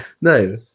No